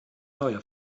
neue